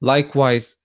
Likewise